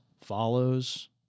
follows